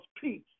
peace